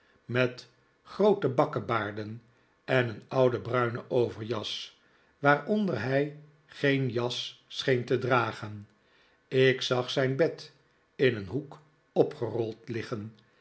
met groote bakkebaarden en een oude bruine overjas waaronder hij geen jas scheen te dragen ik zag zijn bed in een hoek opgerold liggen